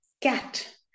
cat